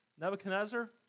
Nebuchadnezzar